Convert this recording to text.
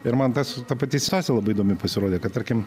ir man tas ta pati situacija labai įdomi pasirodė kad tarkim